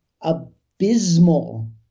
abysmal